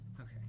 Okay